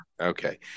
Okay